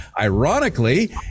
ironically